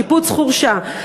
שיפוץ חורשה,